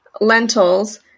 lentils